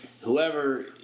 whoever